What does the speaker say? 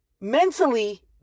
mentally